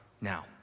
now